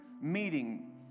meeting